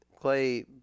Clay